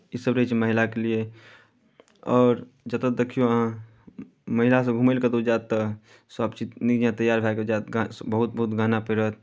इसभ रहै छै महिलाके लिए आओर जतय देखियौ अहाँ महिलासभ घूमय लए कतहु जायत तऽ सभचीज नीक जकाँ तैयार भए कऽ जायत ग् बहुत बहुत गहना पहिरत